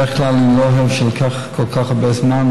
בדרך כלל אני לא אוהב שלוקח כל כך הרבה זמן,